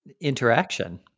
interaction